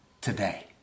today